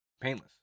painless